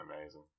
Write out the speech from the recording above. amazing